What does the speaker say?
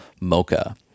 mocha